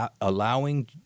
allowing